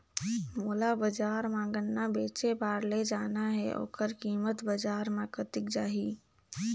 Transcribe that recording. मोला बजार मां गन्ना बेचे बार ले जाना हे ओकर कीमत बजार मां कतेक जाही?